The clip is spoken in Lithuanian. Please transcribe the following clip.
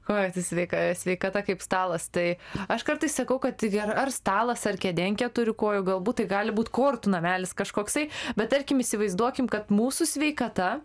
uoj tai sveika sveikata kaip stalas tai aš kartais sakau kad taigi ar ar stalas ar kėdė ant keturių kojų galbūt tai gali būt kortų namelis kažkoksai bet tarkim įsivaizduokim kad mūsų sveikata